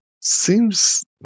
seems